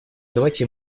давайте